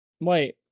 Wait